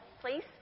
Please